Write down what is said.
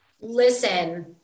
Listen